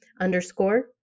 underscore